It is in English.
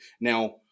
now